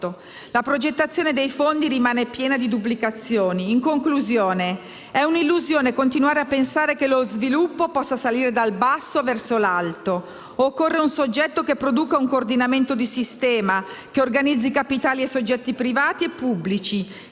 La progettazione dei fondi rimane piena di duplicazioni. In conclusione, è un'illusione continuare a pensare che lo sviluppo possa salire dal basso verso l'alto. Occorre un soggetto che produca un coordinamento di sistema, che organizzi capitali e soggetti privati e pubblici,